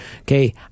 Okay